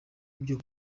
ibyo